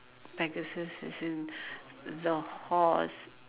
Pegasus as in the horse